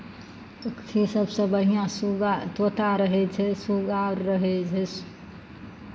इसभसँ बढ़िआँ सूगा तोता रहै छै सूगा आओर रहै छै